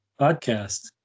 podcast